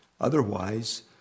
Otherwise